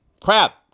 crap